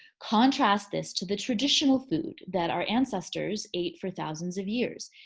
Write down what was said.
contrast this to the traditional food that our ancestors ate for thousands of years.